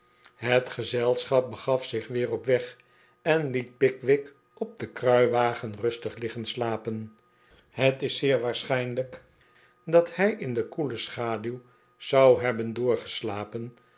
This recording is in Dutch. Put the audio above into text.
slaap gezelschap begaf zich weer op weg en liet pickwick op den kruiwagen rustig liggen slapen het is zeer waarschijnlijk dat hij in de koele schaduw zou hebben doorgeslapen